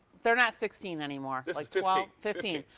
they are not sixteen anymore, they like so are fifteen.